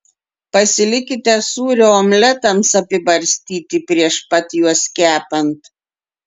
pasilikite sūrio omletams apibarstyti prieš pat juos kepant